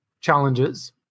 challenges